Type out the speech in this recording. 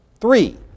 Three